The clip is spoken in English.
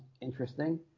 interesting